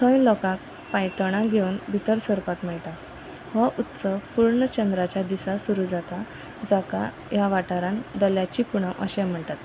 थंय लोकांक पायतणां घेवन भितर सरपाक मेळटा हो उत्सव पूर्ण चंद्राच्या दिसा सुरू जाता जाका ह्या वाठारांत दल्याची पुनव अशें म्हणटात